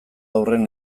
horren